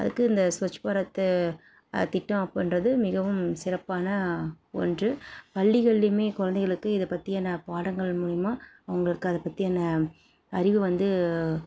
அதுக்கு இந்த ஸ்வச் பாரத் திட்டம் அப்புடின்றது மிகவும் சிறப்பான ஒன்று பள்ளிகள்லேயுமே கொழந்தைகளுக்கு இதை பத்தின பாடங்கள் மூலிமா அவங்களுக்கு அதை பத்தின அறிவு வந்து